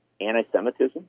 anti-Semitism